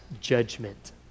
judgment